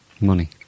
Money